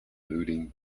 looting